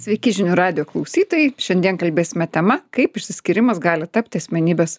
sveiki žinių radijo klausytojai šiandien kalbėsime tema kaip išsiskyrimas gali tapti asmenybės